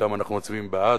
אתם אנחנו מצביעים "בעד".